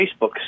Facebook